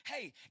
Hey